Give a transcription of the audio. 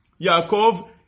Yaakov